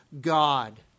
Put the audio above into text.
God